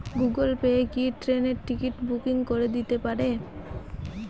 Google Pay কি ট্রেনের ticket booking করে দিতে পারে?